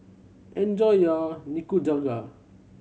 enjoy your Nikujaga